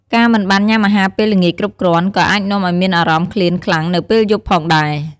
ការមិនបានញ៉ាំអាហារពេលល្ងាចគ្រប់គ្រាន់ ក៏អាចនាំឱ្យមានអារម្មណ៍ឃ្លានខ្លាំងនៅពេលយប់ផងដែរ។